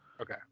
Okay